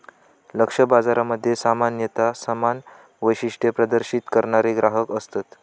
लक्ष्य बाजारामध्ये सामान्यता समान वैशिष्ट्ये प्रदर्शित करणारे ग्राहक असतत